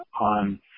on